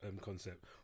concept